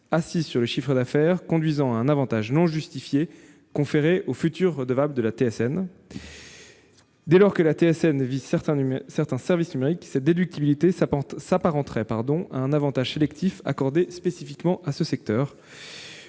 assises sur le chiffre d'affaires, conduisant à un avantage non justifié pour les futurs redevables de la TSN. Dès lors que la TSN vise certains services numériques, cette déductibilité s'apparenterait à un avantage sélectif accordé spécifiquement à ce secteur.